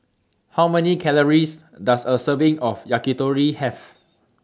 How Many Calories Does A Serving of Yakitori Have